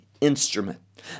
instrument